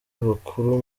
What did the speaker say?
bakuru